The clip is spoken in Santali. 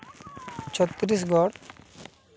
ᱪᱷᱚᱛᱨᱤᱥᱜᱚᱲ